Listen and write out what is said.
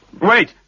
Wait